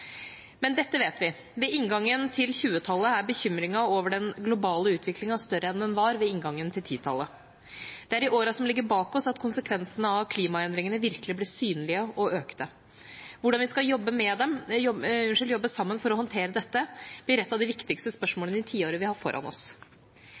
Men dette vet vi: Ved inngangen til 2020-tallet er bekymringen over den globale utviklingen større enn den var ved inngangen til 2010-tallet. Det er i årene som ligger bak oss, konsekvensene av klimaendringene virkelig ble synlige og økte. Hvordan vi skal jobbe sammen for å håndtere dette, blir et av de viktigste